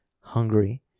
hungry